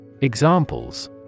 Examples